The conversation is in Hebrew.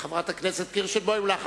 חברת הכנסת קירשנבאום, בבקשה.